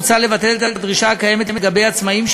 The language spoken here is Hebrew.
מוצע לבטל את הדרישה הקיימת לגבי עצמאים,